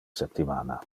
septimana